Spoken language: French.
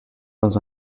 dans